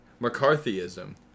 McCarthyism